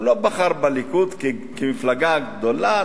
הוא לא בחר בליכוד כמפלגה הגדולה,